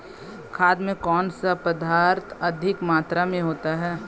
खाद में कौन सा पदार्थ अधिक मात्रा में होता है?